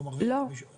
או שמישהו מרוויח.